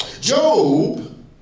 Job